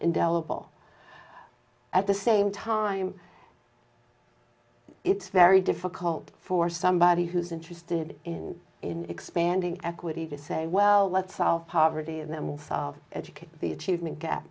indelible at the same time it's very difficult for somebody who's interested in in expanding equity to say well let's solve poverty and that means of education the achievement gap